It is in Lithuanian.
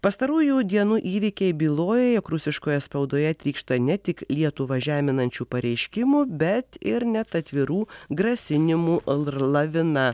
pastarųjų dienų įvykiai byloja jog rusiškoje spaudoje trykšta ne tik lietuvą žeminančių pareiškimų bet ir net atvirų grasinimų lavina